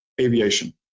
aviation